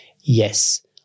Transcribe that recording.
Yes